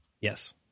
Yes